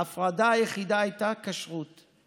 ההפרדה היחידה שהייתה, כשרות.